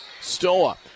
Stoa